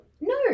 no